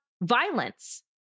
violence